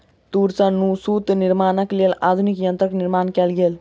तूर सॅ सूत निर्माणक लेल आधुनिक यंत्रक निर्माण कयल गेल